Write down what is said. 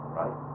right